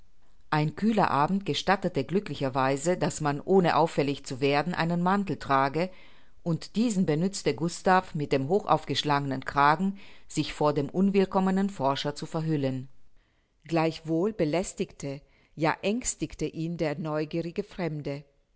ein kühler abend gestattete glücklicherweise daß man ohne auffällig zu werden einen mantel trage und diesen benützte gustav mit dem hochaufgeschlagenen kragen sich vor dem unwillkommenen forscher zu verhüllen gleichwohl belästigte ja ängstigte ihn der neugierige fremde